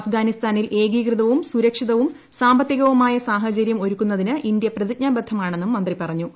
അഫ്ഗാനിസ്ഥാനിൽ ഏകീകൃതവും സുരക്ഷിതവും സാമ്പത്തികവുമായ സാഹചര്യം ഒരുക്കുന്നതിന് ഇന്ത്യ പ്രതിജ്ഞിബദ്ധമാണെന്നും മന്ത്രി പറഞ്ഞു